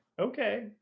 Okay